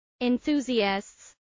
enthusiasts